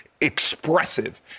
expressive